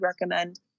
recommend